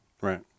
Right